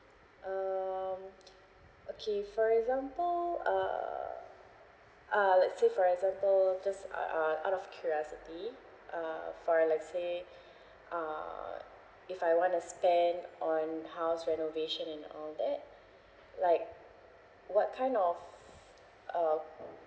um okay for example uh uh let say for example just uh uh out of curiosity uh for a let say uh if I want to spend on house renovation and all that like what kind of uh